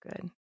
good